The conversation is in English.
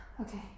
Okay